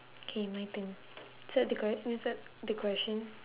K my turn is that the correct is that the question